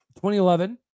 2011